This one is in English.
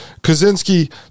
Kaczynski